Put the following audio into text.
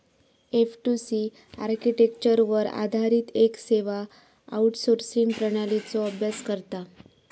F two C आर्किटेक्चरवर आधारित येक सेवा आउटसोर्सिंग प्रणालीचो अभ्यास करता